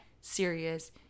serious